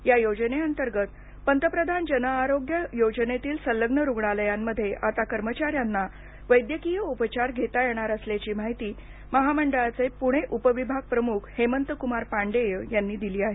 या योजनेअंतर्गत पंतप्रधान जनआरोग्य योजनेतील संलग्नित रुग्णालयांमध्ये या कर्मचाऱ्यांना आता वैद्यकीय उपचार घेता येणार असल्याची माहिती महामंडळाचे पुणे उपविभाग प्रमुख हेमंतकुमार पाण्डेय यांनी दिली आहे